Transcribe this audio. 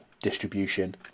distribution